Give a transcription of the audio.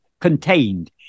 contained